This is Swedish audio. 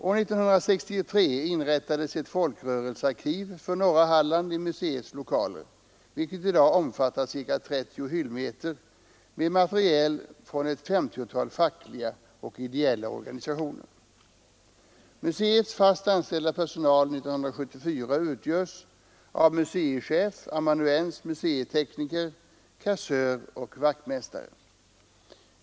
År 1963 inrättades ett folkrörelsearkiv för norra Halland i museets lokaler, vilket i dag omfattar ca 30 hyllmeter med material från ett femtiotal fackliga och ideella organisationer. Museets fast anställda personal 1974 utgörs av museichef, amanuens, museitekniker, kassör och vaktmästare.